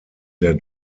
der